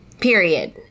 Period